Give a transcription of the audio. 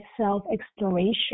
self-exploration